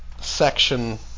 section